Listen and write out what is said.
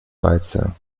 reize